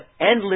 endless